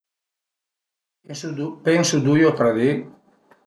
Pensu, pensu dui u tre dì